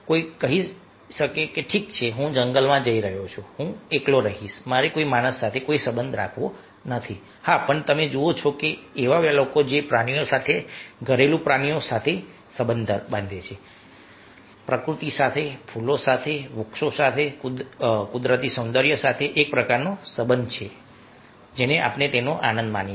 કોઈ કહી શકે કે ઠીક હું જંગલમાં જઈ રહ્યો છું હું એકલો રહીશ મારે કોઈ માણસ સાથે કોઈ સંબંધ રાખવા નથી હા પણ તમે જુઓ કે એવા લોકો છે જે પ્રાણીઓ સાથે ઘરેલું પ્રાણીઓ સાથે સંબંધ બાંધે છે પ્રકૃતિ સાથે ફૂલો સાથે વૃક્ષો સાથે કુદરતી સૌંદર્ય સાથે એક પ્રકારનો સંબંધ પણ છે જેનો તેઓ આનંદ માણે છે